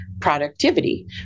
productivity